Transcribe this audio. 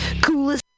coolest